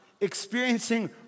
experiencing